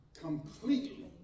completely